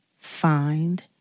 find